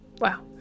Wow